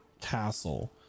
castle